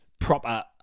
proper